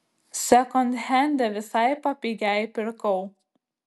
sekondhende visai papigiai pirkau